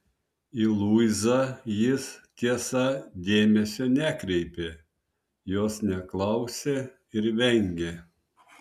į luizą jis tiesa dėmesio nekreipė jos neklausė ir vengė